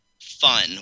fun